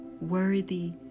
worthy